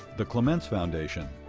the clements foundation.